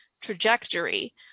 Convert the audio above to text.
trajectory